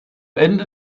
ende